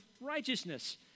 righteousness